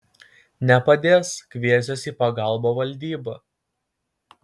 nepadės kviesiuos į pagalbą valdybą